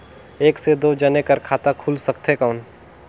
एक से दो जने कर खाता खुल सकथे कौन?